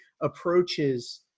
approaches